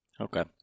Okay